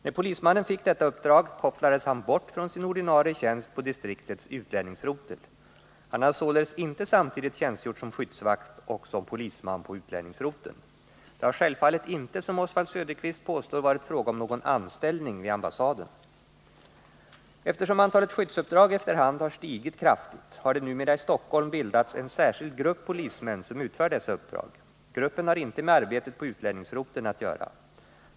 När polismannen fick detta uppdrag, kopplades han bort från sin ordinarie tjänst på distriktets utlänningsrotel. Han har således inte samtidigt tjänstgjort som skyddsvakt och som polisman på utlänningsroteln. Det har självfallet inte som Oswald Söderqvist påstår varit fråga om någon ”anställning” vid ambassaden. Eftersom antalet skyddsuppdrag efter hand har stigit kraftigt, har det numera i Stockholm bildats en särskild grupp polismän som utför dessa uppdrag. Gruppen har inte med arbetet på utlänningsroteln att göra.